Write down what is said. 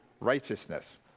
righteousness